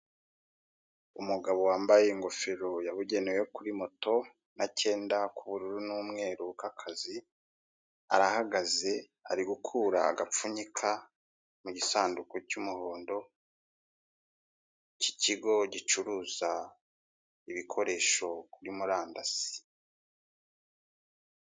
Umugabo wambaye ingofero yabugenewe yo kuri moto n'akenda k'ubururu n'umweru k'akazi. Arahagaze ari gukura agapfunyika mu gisanduku cy'umuhondo cy'ikigo gicuruza ibikoresho kuri murandasi.